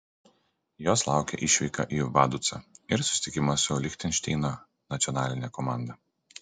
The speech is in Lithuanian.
jos laukia išvyka į vaducą ir susitikimas su lichtenšteino nacionaline komanda